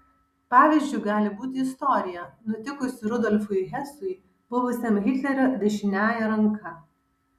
pavyzdžiu gali būti istorija nutikusi rudolfui hesui buvusiam hitlerio dešiniąja ranka